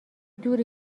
دور